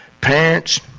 parents